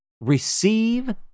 Receive